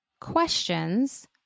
questions